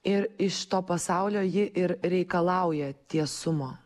ir iš to pasaulio ji ir reikalauja tiesumo